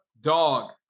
dog